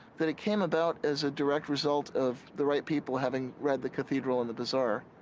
that it came about as a direct result of the right people having read the cathedral and the bazaar.